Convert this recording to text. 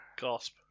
Gasp